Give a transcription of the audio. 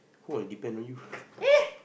who want depend on you